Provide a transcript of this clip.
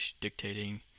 dictating